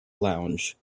lounge